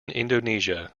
indonesia